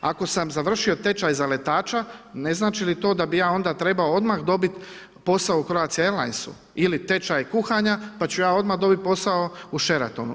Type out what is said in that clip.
Ako sam završio tečaj za letača, ne znači li to da bi ja onda trebao odmah dobiti posao u Croatia Airlinesu ili tečaj kuhanja, pa ću ja odmah dobiti posao u Sheratonu.